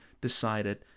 decided